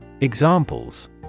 Examples